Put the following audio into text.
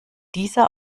dieser